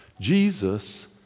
Jesus